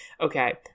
Okay